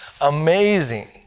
amazing